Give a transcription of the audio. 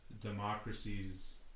democracies